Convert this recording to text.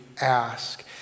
ask